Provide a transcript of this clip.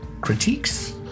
critiques